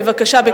בבקשה.